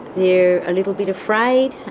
they're a little bit afraid,